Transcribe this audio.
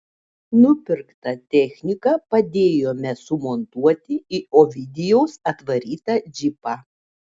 nupirktą techniką padėjome sumontuoti į ovidijaus atvarytą džipą